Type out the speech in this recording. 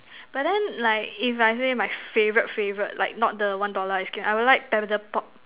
but then like if I say my favorite favorite like not the one dollar ice cream I will like paddle pop